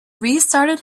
restarted